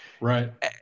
right